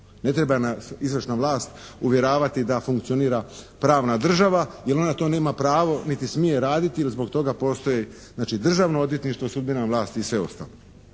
Ne treba nas izvršna vlast uvjeravati da funkcionira pravna država, jer ona to nema pravo niti smije raditi jer zbog toga postoji znači državno odvjetništvo, sudbena vlast i sve ostalo.